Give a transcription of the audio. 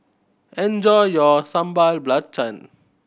enjoy your Sambal Belacan